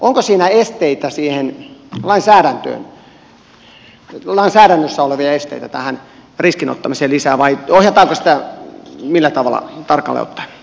onko siinä mielessä lainsäädännössä olevia esteitä tähän riskin ottamiseen lisää vai ohjataanko sitä millä tavalla tarkalleen ottaen